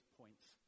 points